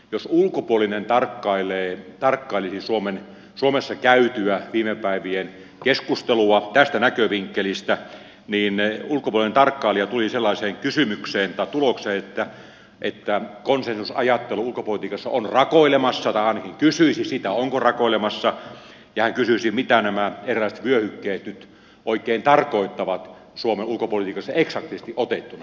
jos ulkopuolinen tarkkailisi viime päivien suomessa käytyä keskustelua tästä näkövinkkelistä niin ulkopuolinen tarkkailija tulisi sellaiseen tulokseen että konsensusajattelu ulkopolitiikassa on rakoilemassa tai ainakin kysyisi sitä onko rakoilemassa ja hän kysyisi mitä erilaiset vyöhykkeet nyt oikein tarkoittavat suomen ulkopolitiikassa eksaktisti otettuna